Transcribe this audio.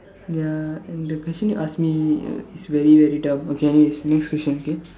ya and the question you asked me uh is very very dumb okay next next question okay